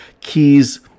keys